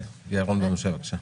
יעל רון בן משה, בבקשה.